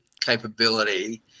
capability